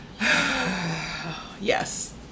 Yes